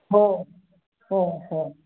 हो हो हो